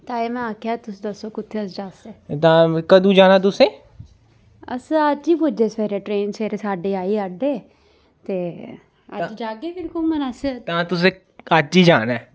ताईं में आखेआ तुस दस्सो कुत्थें जाचै अस तां कदूं जाना तुसें अस अज्ज ही पुज्जे सवेरे ट्रेन सवेरे साड्डे आई ते अज्ज जाह्गे फिर घूमन अस तां तुसें अज्ज ही जाना ऐ